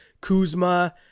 Kuzma